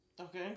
Okay